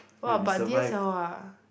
!wah! but d_s_l_r